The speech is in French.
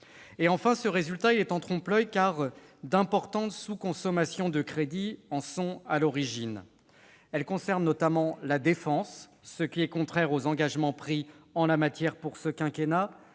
Enfin, ce résultat est en trompe-l'oeil, car d'importantes sous-consommations de crédit en sont à l'origine. Elles concernent notamment la défense, ce qui est contraire aux engagements pris en la matière pour ce quinquennat,